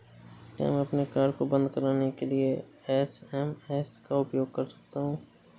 क्या मैं अपने कार्ड को बंद कराने के लिए एस.एम.एस का उपयोग कर सकता हूँ?